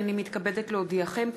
הנני מתכבדת להודיעכם,